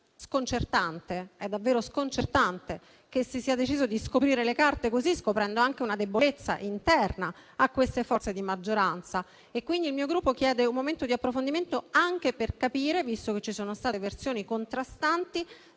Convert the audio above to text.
È davvero sconcertante che si sia deciso di scoprire le carte così, mostrando anche una debolezza interna alle forze di maggioranza. Il mio Gruppo chiede allora un momento di approfondimento anche per capire, visto che ci sono state versioni contrastanti,